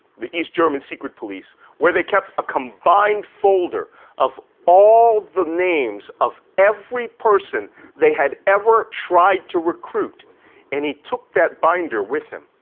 the east german secret police where they kept a combined folder of all the names of every person they had ever tried to recruit and he took that binder with him.